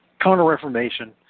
Counter-Reformation